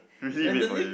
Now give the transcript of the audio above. really made for you